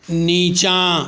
नीचाँ